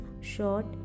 short